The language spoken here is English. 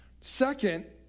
Second